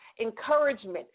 encouragement